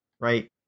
right